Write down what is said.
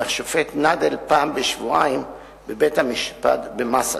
והשופט נדל, פעם בשבועיים בבית-המשפט במסעדה.